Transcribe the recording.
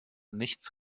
nichts